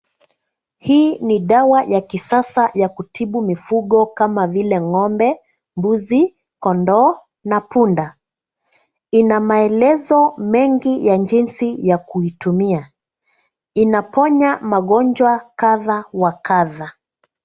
Hii ni dawa ya kisasa ya kutibu mifugo kama vile ng'ombe, mbuzi, kondoo na punda. Ina maelezo mengi ya jinsi ya kuitumia. Inaponya magonjwa kadha wa kadha.